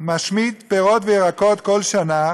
משמיד פירות וירקות כל שנה